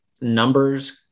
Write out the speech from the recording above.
numbers